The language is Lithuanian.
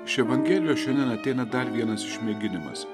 iš evangelijos šiandien ateina dar vienas išmėginimas